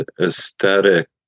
aesthetic